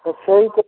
তা সেই তো